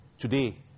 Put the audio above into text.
Today